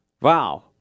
wow